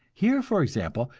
here, for example,